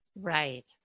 right